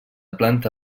planta